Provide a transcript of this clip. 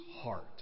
heart